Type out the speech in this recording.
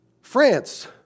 France